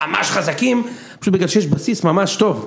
ממש חזקים, פשוט בגלל שיש בסיס ממש טוב